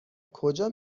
کجا